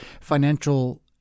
financial